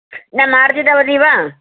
न मार्जितवती वा